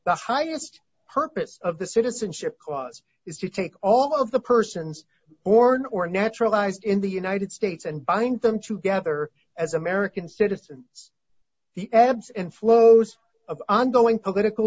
the highest purpose of the citizenship clause is to take all of the persons born or naturalized in the united states and bind them together as american citizens the ebbs and flows of ongoing political